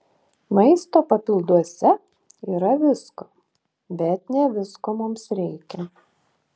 maisto papilduose yra visko bet ne visko mums reikia